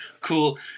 cool